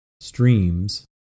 streams